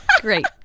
Great